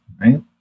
right